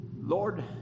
Lord